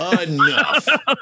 Enough